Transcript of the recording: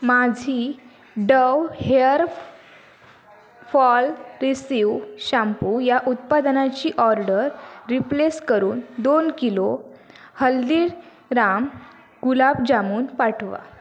माझी Dove hair fall rescue shampoo या उत्पादनाची ऑर्डर रिप्लेस करून दोन किलो हल्दी राम गुलाबजामुन पाठवा